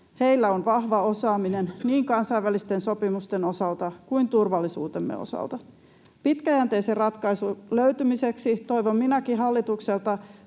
Heillä on vahva osaaminen niin kansainvälisten sopimusten osalta kuin turvallisuutemme osalta. Pitkäjänteisen ratkaisun löytymiseksi toivon minäkin hallitukselta